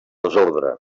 desordre